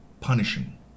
punishing